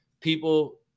people